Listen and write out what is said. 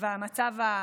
והמצב הביטחוני?